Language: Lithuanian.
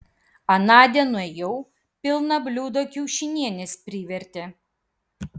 anądien nuėjau pilną bliūdą kiaušinienės privertė